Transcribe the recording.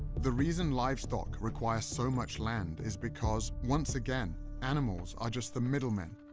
the reason livestock require so much land is because, once again, animals are just the middlemen,